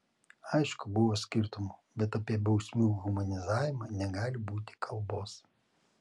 aišku buvo skirtumų bet apie bausmių humanizavimą negali būti kalbos